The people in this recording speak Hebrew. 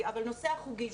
החוגים.